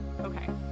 Okay